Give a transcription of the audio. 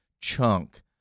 chunk